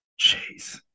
Jeez